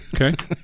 Okay